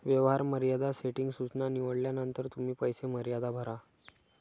व्यवहार मर्यादा सेटिंग सूचना निवडल्यानंतर तुम्ही पैसे मर्यादा भरा